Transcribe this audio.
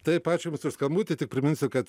taip ačiū bet už skambutį tik priminsiu kad